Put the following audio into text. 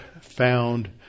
found